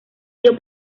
dio